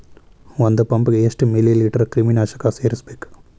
ಒಂದ್ ಪಂಪ್ ಗೆ ಎಷ್ಟ್ ಮಿಲಿ ಲೇಟರ್ ಕ್ರಿಮಿ ನಾಶಕ ಸೇರಸ್ಬೇಕ್?